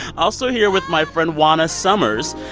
also here with my friend juana summers,